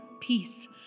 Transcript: peace